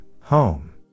home